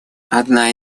одна